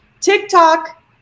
TikTok